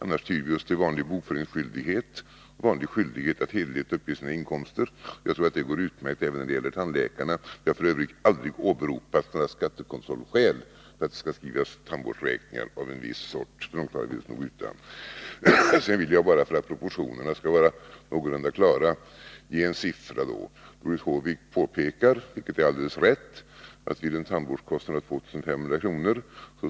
Annars tyr vi oss till vanlig bokföringsskyldighet, vanlig skyldighet att hederligt uppge sina inkomster. Jag tror att det går utmärkt även när det gäller tandläkarna. Det har f. ö. aldrig åberopats några skattekontrollskäl för att det skall skrivas tandvårdsräkningar av en viss sort — dem klarar vi oss nog utan. Jag vill sedan, bara för att proportionerna skall vara någorlunda klara, ge några siffror. Doris Håvik påpekar — vilket är alldeles riktigt — att vid en tandvårdskostnad av 2 500 kr.